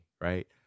right